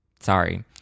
Sorry